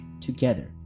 together